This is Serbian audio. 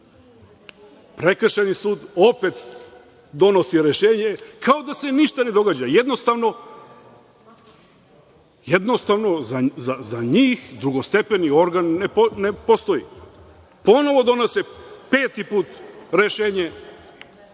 Prekršajni sud opet donosi rešenje, kao da se ništa ne događa. Jednostavno, za njih drugostepeni organ ne postoji. Ponovo donose, peti put, rešenje,